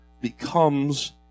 becomes